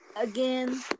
again